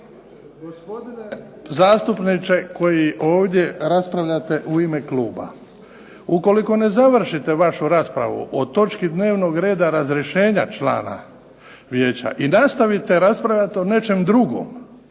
gospodine zastupniče koji ovdje raspravljate ovdje u ime kluba ukoliko ne završite vašu raspravu o točki dnevnog reda razrješenja člana vijeća i nastavite raspravljati o nečem drugom,